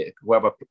whoever